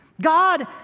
God